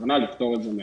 הכוונה לפתור את זה מהר.